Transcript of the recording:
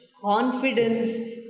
confidence